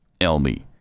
Elmi